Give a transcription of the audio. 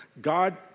God